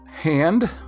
Hand